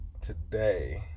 today